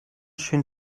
schön